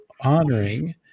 honoring